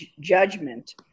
judgment